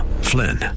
Flynn